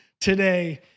today